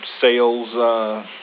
sales